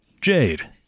Jade